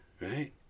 right